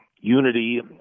unity